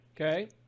Okay